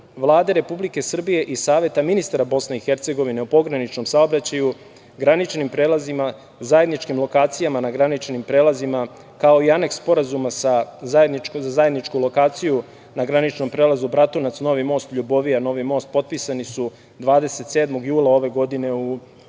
Vlade Republike Srbije i Saveta ministara Bosne i Hercegovine o pograničnom saobraćaju graničnim prelazima, zajedničkim lokacijama na graničnim prelazima, kao i Aneks Sporazuma za zajedničku lokaciju na graničnom prelazu Bratunac (Novi most) - Ljubovija (Novi most) potpisani su 27. jula 2021. godine u Zvorniku.U